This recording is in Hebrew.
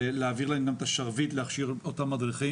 להעביר להם גם את השרביט להכשיר את אותם מדריכים.